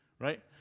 right